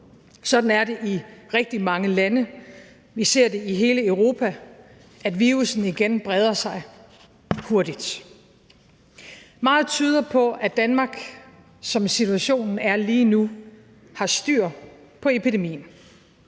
Sådan er det i rigtig mange lande. Vi ser i hele Europa, at virussen igen breder sig hurtigt. Meget tyder på, at Danmark, som situationen er lige nu, har styr på epidemien.